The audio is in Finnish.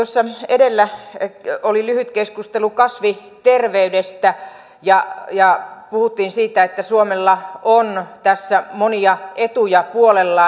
tuossa edellä oli lyhyt keskustelu kasvinterveydestä ja puhuttiin siitä että suomella on tässä monia etuja puolellaan